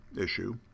issue